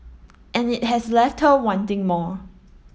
and it has left her wanting more